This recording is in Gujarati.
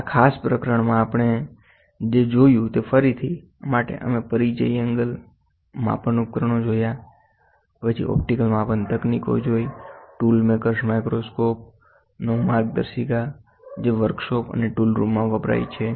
આ ખાસ પ્રકરણમાં આપણે જે જોયું તે ફરીથી માટે અમે પરિચયમા એંગલ માપન ઉપકરણો જોયા પછી ઓપ્ટિકલ માપન તકનીકીઓ ટૂલ મેકર્સ માઈક્રોસ્કોપનો માર્ગદર્શિકા જે વર્કશોપ અને ટૂલ રૂમમાં વપરાય છે